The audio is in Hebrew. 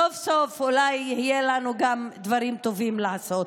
סוף-סוף אולי יהיו לנו גם דברים טובים לעשות.